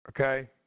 Okay